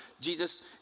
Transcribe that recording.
Jesus